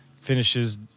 finishes